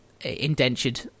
indentured